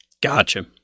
Gotcha